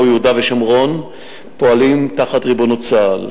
יהודה ושומרון פועלים תחת ריבונות צה"ל.